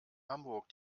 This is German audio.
hamburg